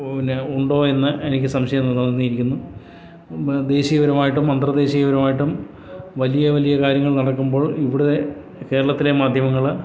പിന്നെ ഉണ്ടോ എന്ന് എനിക്ക് സംശയം തോന്നിയിരിക്കുന്നു ദേശീയപരമായിട്ടും അന്തർദേശിയപരമായിട്ടും വലിയ വലിയ കാര്യങ്ങൾ നടക്കുമ്പോൾ ഇവിടെ കേരളത്തിലെ മാധ്യമങ്ങൾ